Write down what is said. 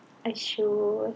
!aiyo!